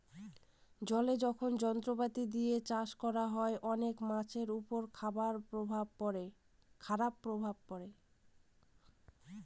জলে যখন যন্ত্রপাতি দিয়ে চাষ করা হয়, অনেক মাছের উপর খারাপ প্রভাব পড়ে